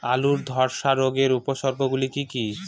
আলুর ধ্বসা রোগের উপসর্গগুলি কি কি?